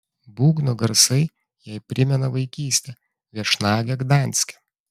būgno garsai jai primena vaikystę viešnagę gdanske